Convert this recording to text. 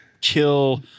kill